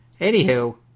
anywho